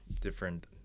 different